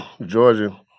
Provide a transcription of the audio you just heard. Georgia